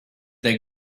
they